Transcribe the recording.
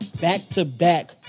back-to-back